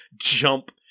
jump